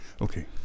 Okay